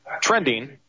trending